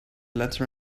letter